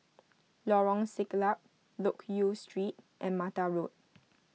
Lorong Siglap Loke Yew Street and Mata Road